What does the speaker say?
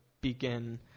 begin